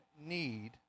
need